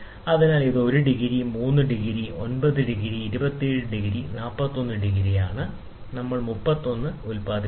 അതിനാൽ ഇത് 1 ° 3 ° 9 ° 27 ° 41 is ആണ് നമ്മൾ 33 ഉത്പാദിപ്പിക്കണം